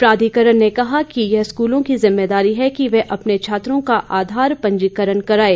प्राधिकरण ने कहा है कि यह स्कूल की जिम्मेदारी है कि वह अपने छात्रों का आधार पंजीकरण कराये